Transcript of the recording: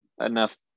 enough